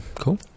cool